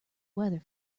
weather